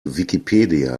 wikipedia